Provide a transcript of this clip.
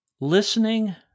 listening